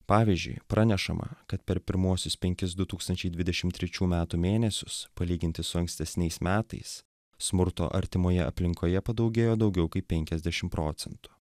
pavyzdžiui pranešama kad per pirmuosius penkis du tūkstančiai dvidešim trečių metų mėnesius palyginti su ankstesniais metais smurto artimoje aplinkoje padaugėjo daugiau kaip penkiasdešim procentų